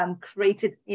created